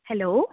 hello